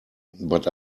but